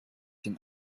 den